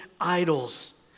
idols